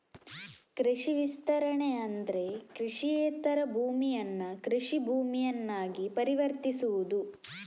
ಕೃಷಿ ವಿಸ್ತರಣೆ ಅಂದ್ರೆ ಕೃಷಿಯೇತರ ಭೂಮಿಯನ್ನ ಕೃಷಿ ಭೂಮಿಯನ್ನಾಗಿ ಪರಿವರ್ತಿಸುವುದು